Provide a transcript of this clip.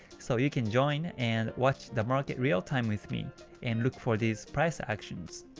so you can join and watch the market realtime with me and look for these price actions.